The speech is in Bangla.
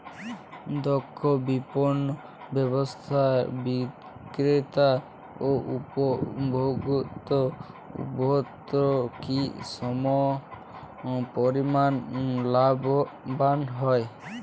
দক্ষ বিপণন ব্যবস্থায় বিক্রেতা ও উপভোক্ত উভয়ই কি সমপরিমাণ লাভবান হয়?